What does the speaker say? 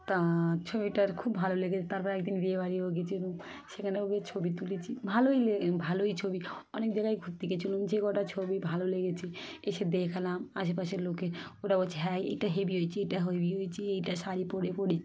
তা ছবিটার খুব ভালো লেগেছে তারপর একদিন বিয়েবাড়িও গিয়েছিলাম সেখানেও গিয়ে ছবি তুলেছি ভালোই লেগেছে ভালোই ছবি অনেক জায়গায় ঘুরতে গিয়েছিলাম যে কটা ছবি ভালো লেগেছে এসে দেখালাম আশেপাশের লোকের ওরা বলছে হ্যাঁ এটা হেবি হয়েছে এটা হেবি হয়েছে এটা শাড়ি পরে পরেছি